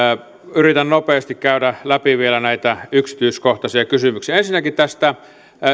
yritän nopeasti käydä läpi vielä näitä yksityiskohtaisia kysymyksiä ensinnäkin tästä